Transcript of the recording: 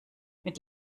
mit